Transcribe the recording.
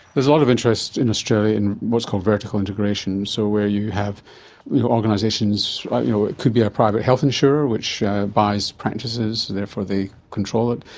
there's a lot of interest in australia in what's called vertical integration, so where you have you know organisations, like, you know, it could be a private health insurer, which buys practices, therefore they control it,